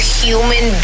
human